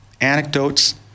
anecdotes